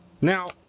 Now